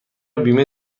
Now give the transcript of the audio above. بیمه